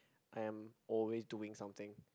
am always doing something